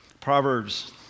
Proverbs